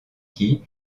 qui